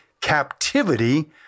captivity